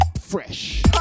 fresh